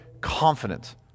confidence